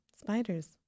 spiders